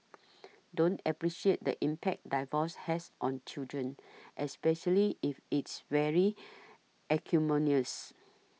don't appreciate the impact divorce has on children especially if it's very acrimonious